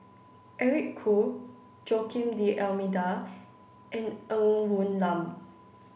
Eric Khoo Joaquim D'almeida and Ng Woon Lam